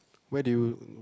where did you